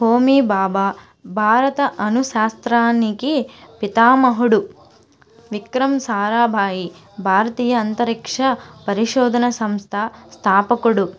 హోమీ బాబా భారత అణు శాస్త్రానికి పితామహుడు విక్రమ్ సారాభాయి భారతీయ అంతరిక్ష పరిశోధన సంస్థ స్థాపకుడు